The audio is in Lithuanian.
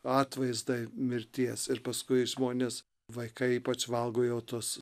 atvaizdai mirties ir paskui žmonės vaikai ypač valgo jau tus